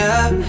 up